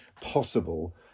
possible